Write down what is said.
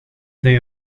they